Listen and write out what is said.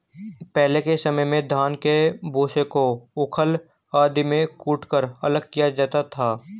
पहले के समय में धान के भूसे को ऊखल आदि में कूटकर अलग किया जाता था